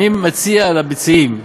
אני מציע למציעים,